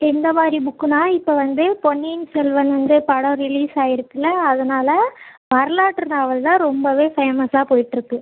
எந்தமாதிரி புக்குன்னா இப்போ வந்து பொன்னியின் செல்வன் வந்து படம் ரிலிஸ் ஆகியிருக்குல்ல அதனால் வரலாற்று நாவல் தான் ரொம்பவே ஃபேமஸாக போய்ட்டு இருக்குது